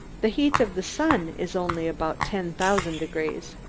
the heat of the sun is only about ten thousand degrees.